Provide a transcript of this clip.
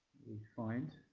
we find